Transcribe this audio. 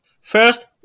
First